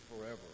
forever